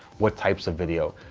what types of video?